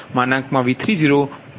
01332 ની બરાબર છે